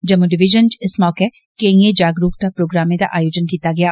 जम्मू संभाग च इस मौके केंईएं जागरूकता प्रोग्रामें दा आयोजन कीता गेआ